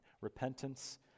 repentance